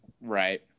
Right